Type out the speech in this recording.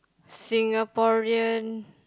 Singaporean